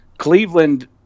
Cleveland